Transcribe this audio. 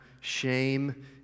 shame